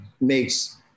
makes